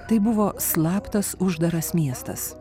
tai buvo slaptas uždaras miestas